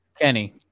Kenny